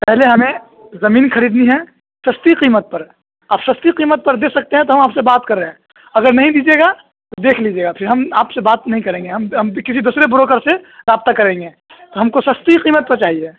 پہلے ہمیں زمین خریدنی ہے سستی قیمت پر اب سستی قیمت پر دے سکتے ہیں تو ہم آپ سے بات کریں اگر نہیں دیجیے گا تو دیکھ لیجیے گا پھر ہم آپ سے بات نہیں کریں گے ہم ہم بھی کسی دوسرے بروکر سے رابطہ کریں گے تو ہم کو سستی قیمت پر چاہیے